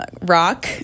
rock